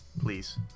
please